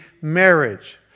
marriage